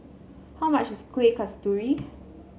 how much is Kueh Kasturi